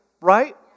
Right